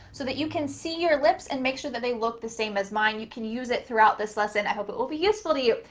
so that you can see your lips and make sure that they look the same as mine. you can use it throughout this lesson. i hope it will be useful to you.